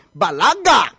balaga